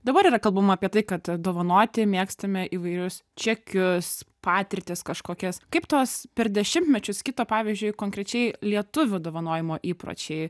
dabar yra kalbama apie tai kad dovanoti mėgstame įvairius čekius patirtis kažkokias kaip tos per dešimtmečius kito pavyzdžiui konkrečiai lietuvių dovanojimo įpročiai